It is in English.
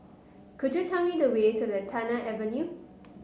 could you tell me the way to Lantana Avenue